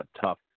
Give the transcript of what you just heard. tough